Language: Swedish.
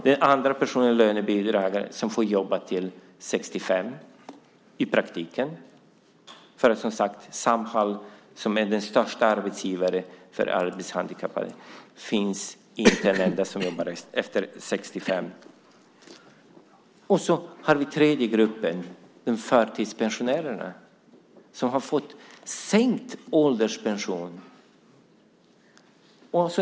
Den andra gruppen är lönebidragare, som får jobba till 65, i praktiken som sagt för Samhall, som är den största arbetsgivaren för arbetshandikappade. Det finns inte en enda som jobbar efter 65. Och så har vi den tredje gruppen, förtidspensionärerna, som har fått sänkt ålderspension.